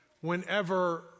whenever